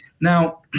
Now